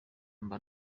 mba